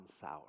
sour